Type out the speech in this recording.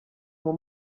umu